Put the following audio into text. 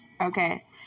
Okay